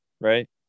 right